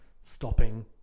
Stopping